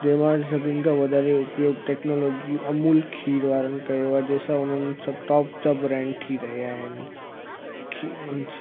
जंहिं मां अॼु सभिनि खां वॾा में उपयोगु टैक्नोलॉजी अमूल खीर वारनि कयो आहे जंहिं सां हुननि सभु टॉप जा ब्रैंड थी रहिया आहिनि खी